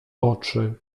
oczy